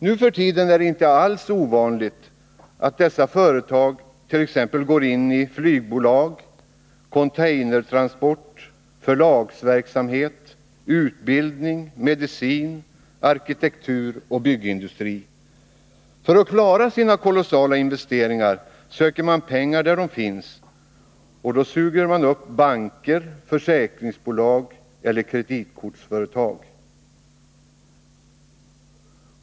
Nu för tiden är det inte alls ovanligt att dessa företag t.ex. går in i flygbolag, containertransport, förlagsverksamhet, utbildning, medicin, arkitektur och byggindustri. För att klara sina kolossala investeringar söker man pengar där de finns — och suger då upp banker, försäkringsbolag eller kreditkortsföretag.